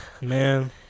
man